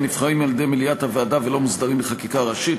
נבחרים על-ידי מליאת הוועדה ולא מוסדרים בחקיקה ראשית.